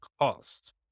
cost